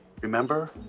Remember